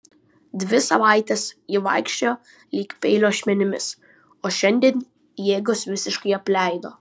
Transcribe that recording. dvi savaites ji vaikščiojo lyg peilio ašmenimis o šiandien jėgos visiškai apleido